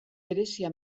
berezia